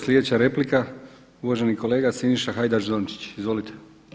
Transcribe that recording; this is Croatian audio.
Sljedeća replika, uvaženi kolega Siniša Hajdaš Dončić, izvolite.